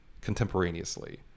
contemporaneously